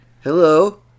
Hello